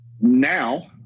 Now